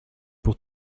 pour